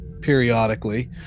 periodically